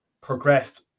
progressed